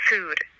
food